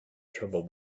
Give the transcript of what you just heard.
trouble